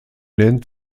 nennt